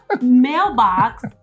mailbox